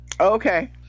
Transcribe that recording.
okay